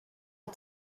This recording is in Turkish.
bir